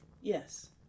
yes